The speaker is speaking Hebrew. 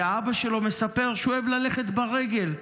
אבא שלו מספר שהוא אוהב ללכת ברגל,